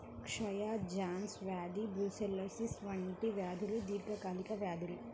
క్షయ, జాన్స్ వ్యాధి బ్రూసెల్లోసిస్ వంటి వ్యాధులు దీర్ఘకాలిక వ్యాధులు